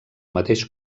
mateix